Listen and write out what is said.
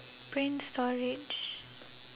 brain storage